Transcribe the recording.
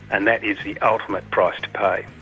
and that is the ultimate price to pay.